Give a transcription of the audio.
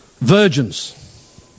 virgins